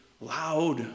loud